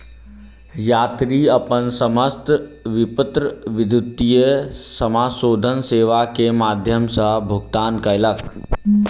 यात्री अपन समस्त विपत्र विद्युतीय समाशोधन सेवा के माध्यम सॅ भुगतान कयलक